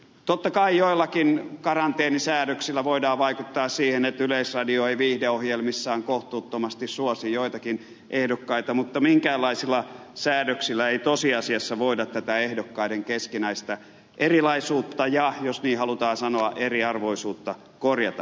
totta kai joillakin karanteenisäädöksillä voidaan vaikuttaa siihen että yleisradio ei viihdeohjelmissaan kohtuuttomasti suosi joitakin ehdokkaita mutta minkäänlaisilla säädöksillä ei tosiasiassa voida tätä ehdokkaiden keskinäistä erilaisuutta ja jos niin halutaan sanoa eriarvoisuutta korjata